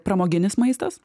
pramoginis maistas